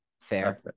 Fair